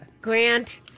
Grant